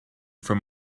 from